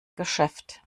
geschäft